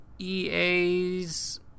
EA's –